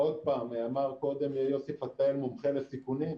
עוד פעם, אמר קודם יוסי פתאל, מומחה לסיכונים.